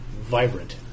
Vibrant